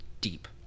deep